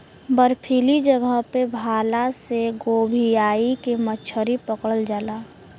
बर्फीली जगह पे भाला से गोभीयाई के मछरी पकड़ल जाला